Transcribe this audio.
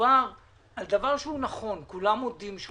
זה נכון, זה